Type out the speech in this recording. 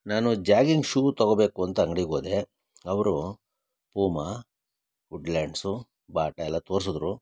ನಾನು jogging shoe ತೊಗೊಬೇಕು ಅಂತ ಅಂಗ್ಡಿಗೆ ಹೋದೆ ಅವರು ಪುಮಾ ವುಡ್ಲಾಂಡ್ಸು ಬಾಟ ಎಲ್ಲ ತೋರ್ಸಿದ್ರು